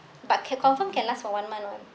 but can confirm can last for one month [one]